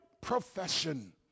profession